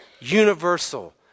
universal